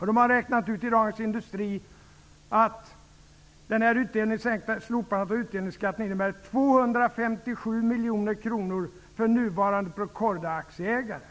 Man har räknat ut att under nästa år innebär slopandet av utdelningsskatten 257 Procordiaaktieägare.